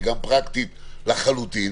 היא גם פרקטית לחלוטין,